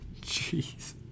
Jeez